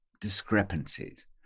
discrepancies